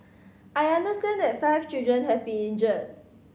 I understand that five children have been injured